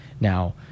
now